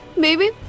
Baby